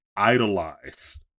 idolize